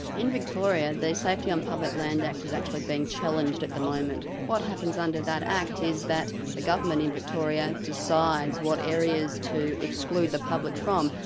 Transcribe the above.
in victoria, the safety on public land act is actually being challenged at the moment. what happens under that act is that the government in victoria decides what areas to exclude the public from,